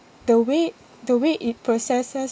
the way the way it processes